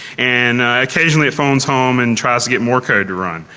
and occasionally it phones home and tries to get more code to run.